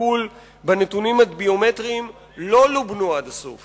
הטיפול בנתונים הביומטריים לא לובנו עד הסוף